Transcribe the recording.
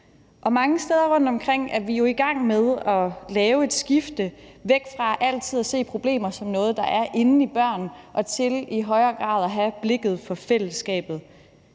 og mange steder rundtomkring er vi jo i gang med at lave et skifte væk fra altid at se problemer som noget, der er inde i børn, og til i højere grad at have blikket for fællesskabet.